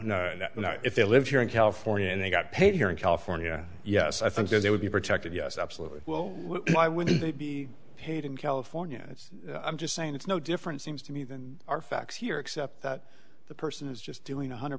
know if they live here in california and they got paid here in california yes i think that they would be protected yes absolutely well why wouldn't they be paid in california i'm just saying it's no different seems to me than our facts here except that the person is just doing one hundred